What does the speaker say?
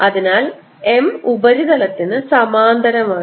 അതിനാൽ M ഉപരിതലത്തിന് സമാന്തരമാണ്